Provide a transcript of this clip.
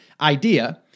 idea